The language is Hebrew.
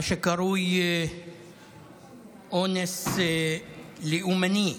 מה שנקרא "אונס לאומני".